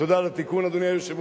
תודה על התיקון, אדוני היושב-ראש.